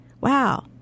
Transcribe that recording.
Wow